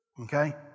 Okay